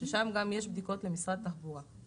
שם יש גם בדיקות למשרד התחבורה.